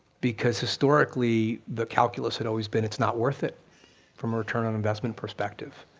because historically, the calculus had always been it's not worth it from a return on investment perspective.